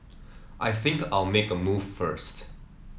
I think I'll make a move first